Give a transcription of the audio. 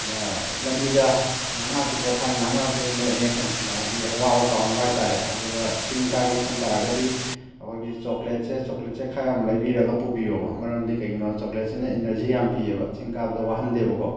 ꯂꯝꯕꯤꯗ ꯉꯥꯏꯍꯥꯛ ꯉꯥꯏꯍꯥꯛꯁꯨ ꯄꯣꯠꯊꯥꯏ ꯉꯥꯏꯍꯥꯛ ꯉꯥꯏꯍꯥꯛꯁꯨ ꯅꯣꯛꯑꯦ ꯑꯗꯨꯗ ꯍꯥꯏꯗꯤ ꯑꯋꯥꯕ ꯀꯥꯎꯅꯕ ꯍꯥꯏ ꯇꯥꯔꯦ ꯑꯗꯨꯒ ꯆꯤꯡ ꯀꯥꯒꯦ ꯈꯟ ꯇꯥꯔꯒꯗꯤ ꯑꯩꯈꯣꯏꯒꯤ ꯆꯣꯀ꯭ꯂꯦꯠꯁꯦ ꯆꯣꯀ꯭ꯂꯦꯠꯁꯦ ꯈꯔ ꯌꯥꯝ ꯂꯩꯕꯤꯔꯒ ꯄꯨꯕꯤꯌꯣꯕ ꯃꯔꯝꯗꯤ ꯀꯩꯒꯤꯅꯣꯗ ꯆꯣꯀ꯭ꯂꯦꯠꯁꯤꯅ ꯏꯅꯔꯖꯤ ꯌꯥꯝ ꯄꯤ ꯑꯕ ꯆꯤꯡ ꯀꯥꯕꯗ ꯋꯥꯍꯟꯗꯦꯕ ꯀꯣ